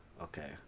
okay